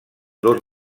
dos